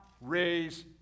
raise